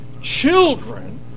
children